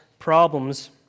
problems